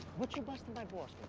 what you bustin' my balls